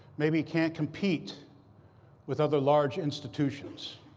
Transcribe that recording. maybe can't compete with other large institutions.